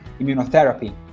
immunotherapy